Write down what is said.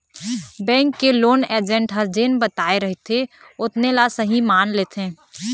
bank के loan agent ह जेन बताए रहिथे ओतने ल सहीं मान लेथे